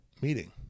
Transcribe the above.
meeting